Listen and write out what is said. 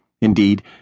Indeed